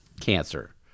cancer